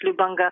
Lubanga